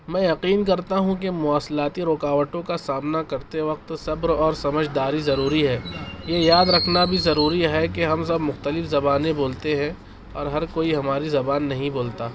میں یقین کرتا ہوں کہ مواصلاتی رکارٹوں کا سامنا کرتے وقت صبر اور سمجھداری ضروری ہے یہ یاد رکھنا بھی ضروری ہے کہ ہم سب مختلف زبانیں بولتے ہیں اور ہر کوئی ہماری زبان نہیں بولتا